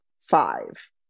five